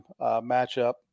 matchup